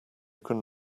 can